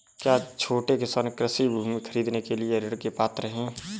क्या छोटे किसान कृषि भूमि खरीदने के लिए ऋण के पात्र हैं?